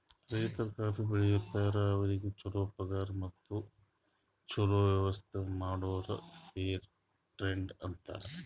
ರೈತರು ಕಾಫಿ ಬೆಳಿತಾರ್ ಅದುಕ್ ಅವ್ರಿಗ ಛಲೋ ಪಗಾರ್ ಮತ್ತ ಛಲೋ ವ್ಯವಸ್ಥ ಮಾಡುರ್ ಫೇರ್ ಟ್ರೇಡ್ ಅಂತಾರ್